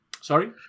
Sorry